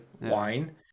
wine